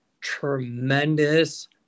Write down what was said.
tremendous